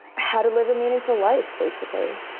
how to live a meaningful life, basically.